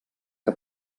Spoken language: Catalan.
que